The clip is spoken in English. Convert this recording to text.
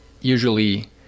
usually